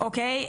אוקי,